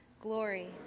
Glory